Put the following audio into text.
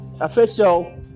Official